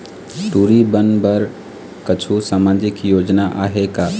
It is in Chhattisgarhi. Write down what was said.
टूरी बन बर कछु सामाजिक योजना आहे का?